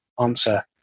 answer